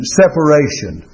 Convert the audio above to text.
separation